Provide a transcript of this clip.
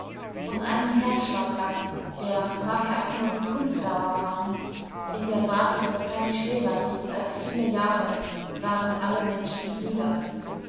und einen herzschlag lang der mag er auch nur sekundendauer haben in der wage der zeit schwerer wiegt als viele jahre waren alle menschen brüder